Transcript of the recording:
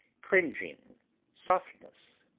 cringing softness.